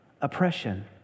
Oppression